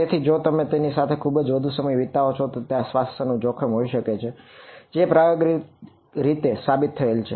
તેથી જો તમે તેમની સામે ખુબ વધુ સમય વિતાવો છો તો ત્યાં સ્વાસ્થ્ય નું જોખમ હોઈ શકે છે જે પ્રાયોગિક રીતે સાબિત થયેલ છે